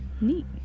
neat